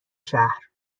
شهر